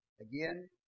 Again